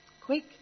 Quick